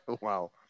Wow